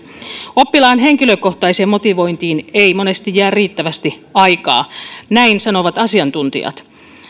oppilaan henkilökohtaiseen motivointiin ei monesti jää riittävästi aikaa näin sanovat asiantuntijat